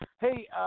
hey